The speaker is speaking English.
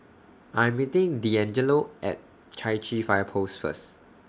I Am meeting Deangelo At Chai Chee Fire Post First